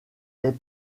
est